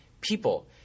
People